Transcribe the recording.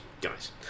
guys